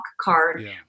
card